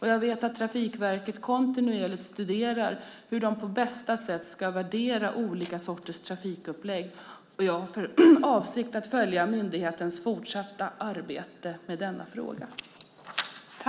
Jag vet att Trafikverket kontinuerligt studerar hur de på bästa sätt ska värdera olika sorters trafikupplägg, och jag har för avsikt att följa myndighetens fortsatta arbete med denna fråga.